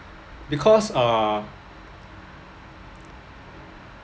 because uh